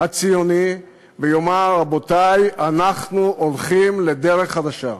הציוני, ויאמר: רבותי, אנחנו הולכים לדרך חדשה,